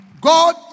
God